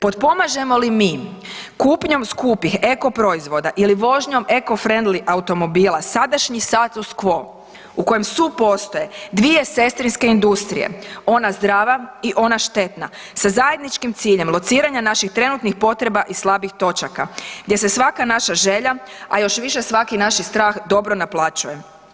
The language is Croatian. Potpomažemo li mi kupnjom skupih eko proizvoda ili vožnjom eko friendly automobila sadašnji status quo u kojem supostoje dvije sestrinske industrije, ona zdrava i ona štetna sa zajedničkim ciljem lociranja naših trenutnih potreba i slabih točaka, gdje se svaka naša želja a još više svaki naši strah dobro naplaćuje?